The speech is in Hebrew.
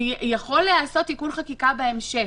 יכול להיעשות תיקון בהמשך,